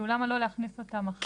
כלומר, למה לא להכניס אותם עכשיו?